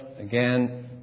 Again